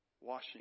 washing